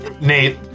nate